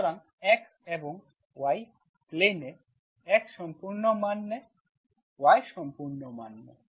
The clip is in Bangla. সুতরাং x এবং y প্লেনে এ x সম্পূর্ণ মান নেয় y সম্পূর্ণ মান নেয়